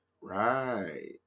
Right